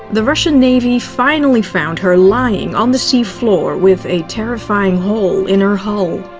the russian navy finally found her lying on the seafloor with a terrifying hole in her hull.